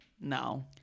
No